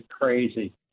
crazy